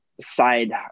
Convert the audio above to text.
side